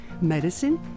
medicine